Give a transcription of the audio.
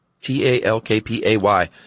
T-A-L-K-P-A-Y